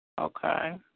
Okay